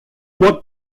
what